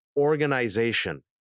organization